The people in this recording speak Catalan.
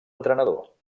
entrenador